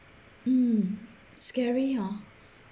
mm scary hor